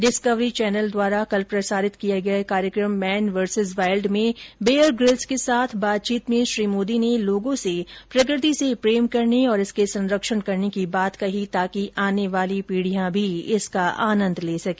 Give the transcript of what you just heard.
discovery channel द्वारा कल प्रसारित किया गया कार्यकम मैन वर्सेज वाइल्ड में बेयर ग्रिल्स के साथ बातचीत में श्री मोदी ने लोगो से प्रकृति से प्रेम करने और इसके संरक्षण करने की बात कही ताकि आने वाली पीढियां भी इसका आनंद ले सके